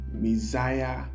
Messiah